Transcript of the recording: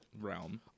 realm